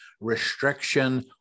restriction